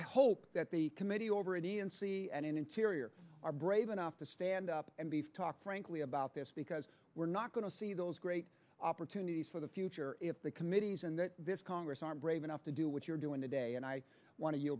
i hope that the committee already and c n n interior are brave enough to stand up and beef talk frankly about this because we're not going to see those great opportunities for the future if the committees and this congress are brave enough to do what you're doing today and i want to y